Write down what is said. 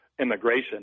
immigration